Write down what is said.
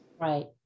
Right